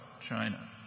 China